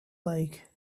like